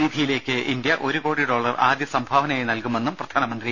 നിധിയിലേക്ക് ഇന്ത്യ ഒരു കോടി ഡോളർ ആദ്യ സംഭാവനയായി നൽകുമെന്നും പ്രധാനമന്ത്രി